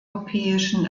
europäischen